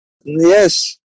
Yes